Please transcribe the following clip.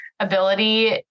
Ability